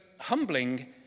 humbling